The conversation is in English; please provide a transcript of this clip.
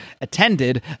attended